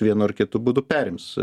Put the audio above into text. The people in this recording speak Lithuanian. vienu ar kitu būdu perims